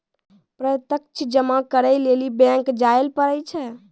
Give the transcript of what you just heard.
प्रत्यक्ष जमा करै लेली बैंक जायल पड़ै छै